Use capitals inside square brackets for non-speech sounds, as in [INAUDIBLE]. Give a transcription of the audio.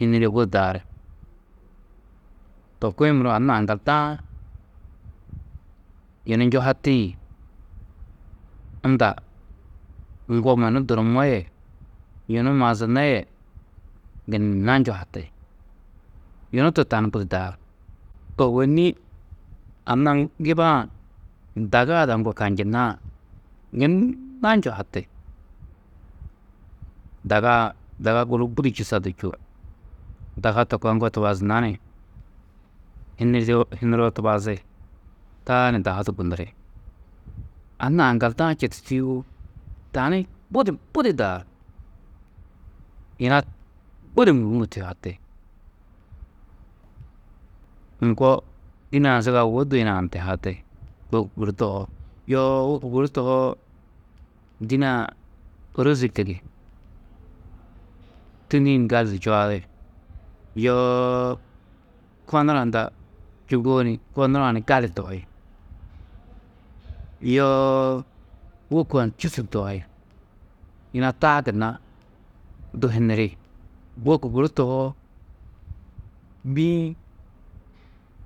Hinirĩ budi daaru, to kuĩ muro anna aŋgalda-ã yunu njuhatiĩ, unda ŋgo mannu duruuó yê yunu mazunnó yê gunna njuhati, yunu to tani budi daaru, ôwonni anna giba-ã daga ada ŋgo kanjindã gunna njuhati, daga, daga guru budi čûsa du čû, daga to koa ŋgo tubazunná ni hini hiniroo tubazi, taa ni dahu du gunuri, anna aŋgalda-ã četu tûyuwo, tani budu, budi daaru, yina budi môhumo tuyuhati. Ŋgo dîne-ã zaga wu duyunã ni tuyuhati, lôko guru tohoo, yoo wôku guru tohoo, dîne-ã òrozi [UNINTELLIGIBLE] tûnni-ĩ ni gali di čuai, yoo konura hunda čûuŋgo ni konuru-ã ni gali tohi, yoo wôku-ã ni čûsu tohi, yina taa gunna du hiniri, wôku guru tohoo, bî-ĩ